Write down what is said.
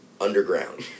underground